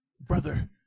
Brother